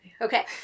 Okay